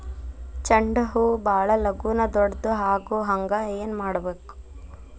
ಚಂಡ ಹೂ ಭಾಳ ಲಗೂನ ದೊಡ್ಡದು ಆಗುಹಂಗ್ ಏನ್ ಮಾಡ್ಬೇಕು?